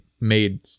made